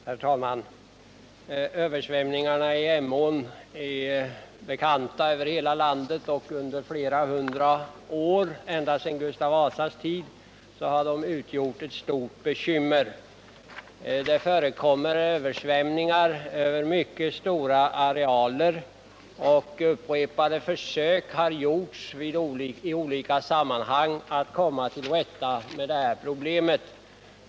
Herr talman! Översvämningarna i Emån är bekanta över hela landet. Ända sedan Gustav Vasas tid har de varit ett stort bekymmer. Det förekommer översvämningar över mycket stora arealer, och det har i olika sammanhang gjorts upprepade försök att komma till rätta med problemet.